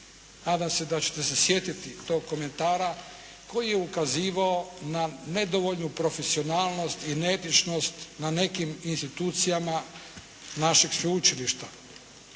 Nadam se da ćete se sjetiti tog komentara koji je ukazivao na nedovoljnu profesionalnost i neetičnost na nekim institucijama našeg sveučilišta.